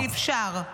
כי אפשר.